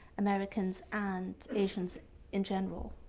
americans and asians in general.